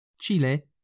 Chile